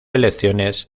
elecciones